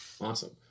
Awesome